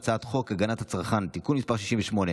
אני קובע שהצעת החוק לתיקון פקודת המועצות המקומיות (מס' 79)